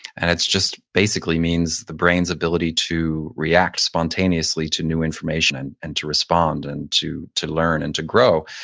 and it's just basically means the brain's ability to react spontaneously to new information, and and to respond, and to to learn, and to grow.